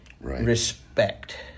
respect